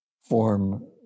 form